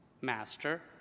Master